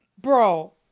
Bro